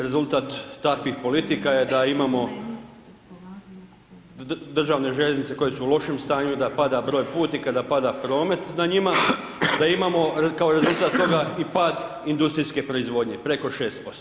Rezultat takvih politika je da imamo državne željeznice koje su u lošem stanju, da pada broj putnika, da pada promet na njima, da imamo kao rezultat toga i pad industrijske proizvodnje, preko 6%